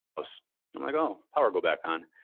ah so i'm like, oh, power, go back on.